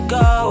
go